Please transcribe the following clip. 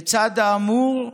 לצד האמור,